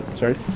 sorry